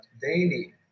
daily